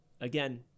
again